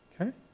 Okay